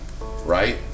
right